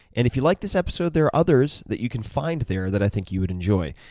and if you liked this episode, there are others that you can find there that i think you would enjoy,